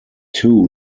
two